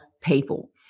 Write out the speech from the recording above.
people